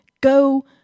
go